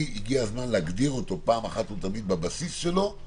הגיע הזמן להגדיר אותו פעם אחת ולתמיד בבסיס שלו,